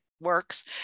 works